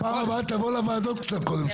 בפעם הבאה תבוא לוועדות קצת קודם,